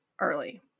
early